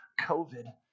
covid